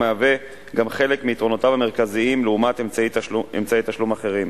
המהווים גם חלק מיתרונותיו המרכזיים לעומת אמצעי תשלום אחרים.